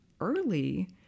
early